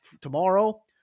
Tomorrow